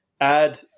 Add